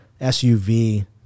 suv